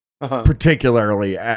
particularly